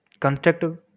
constructive